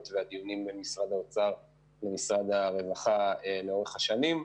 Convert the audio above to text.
והדיונים במשרד האוצר ומשרד הרווחה לאורך השנים.